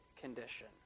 condition